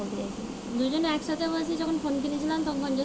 সেচ খাল পদ্ধতিতে মটর চাষ কেমন হবে?